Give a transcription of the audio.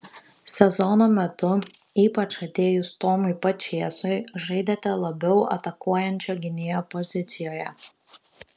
sezono metu ypač atėjus tomui pačėsui žaidėte labiau atakuojančio gynėjo pozicijoje